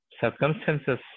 circumstances